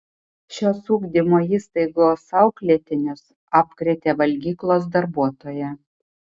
šios ugdymo įstaigos auklėtinius apkrėtė valgyklos darbuotoja